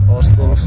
Austin